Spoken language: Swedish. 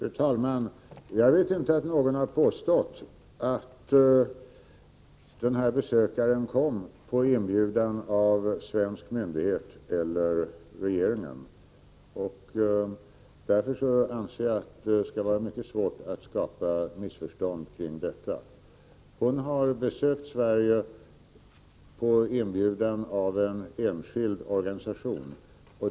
Fru talman! Jag vet inte att någon har påstått att den aktuella besökaren kom på inbjudan av någon svensk myndighet eller regeringen. Därför anser jag att det måste vara svårt att skapa missförstånd kring det. Hon har besökt Sverige på inbjudan av en enskild organisation.